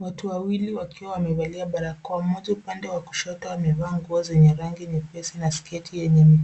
Natuona watu wawili wakiwa wamesimama barabarani, upande wa kushoto akiwa amevaa mavazi ya rangi nyepesi na pete mkononi.